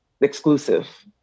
exclusive